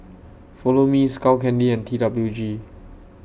Follow Me Skull Candy and T W G